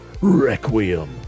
requiem